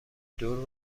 دور